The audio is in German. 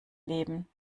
leben